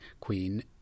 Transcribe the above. queen